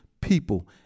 people